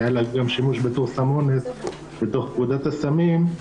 שהיה לה גם שימוש בתור סם אונס לתוך פקודת הסמים.